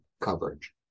coverage